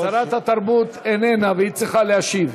שרת התרבות איננה, והיא צריכה להשיב.